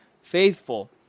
faithful